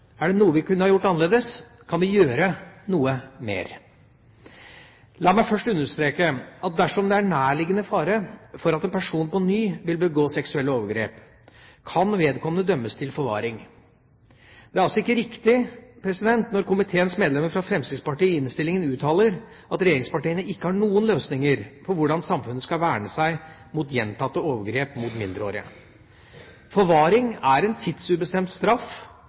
Er det noe vi kunne ha gjort annerledes? Kan vi gjøre noe mer? La meg først understerke at dersom det er nærliggende fare for at en person på ny vil begå seksuelle overgrep, kan vedkommende dømmes til forvaring. Det er altså ikke riktig når komiteens medlemmer fra Fremskrittspartiet i innstillingen uttaler at regjeringspartiene ikke har noen løsninger for hvordan samfunnet skal verne seg mot gjentatte overgrep mot mindreårige. Forvaring er en tidsubestemt straff